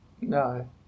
No